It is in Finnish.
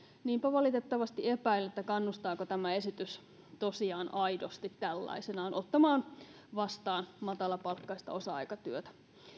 niinpä valitettavasti epäilen kannustaako tämä esitys tosiaan aidosti tällaisenaan ottamaan vastaan matalapalkkaista osa aikatyötä